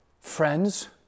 friends